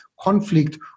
conflict